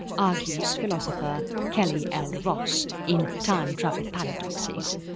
argues philosopher kelly l. ross in time travel paradoxes.